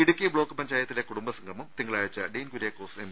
Idukki block പഞ്ചായത്തിലെ കുടുംബ സംഗമം തിങ്കളാഴ്ച ഡീൻകുര്യാക്കോസ് എം